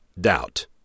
doubt